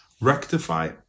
rectify